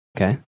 okay